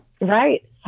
Right